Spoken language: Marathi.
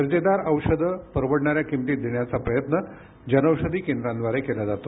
दर्जेदार औषधं परवडणाऱ्या किमतीत देण्याचा प्रयत्न जनौषधी केंद्रांद्वारे केला जातो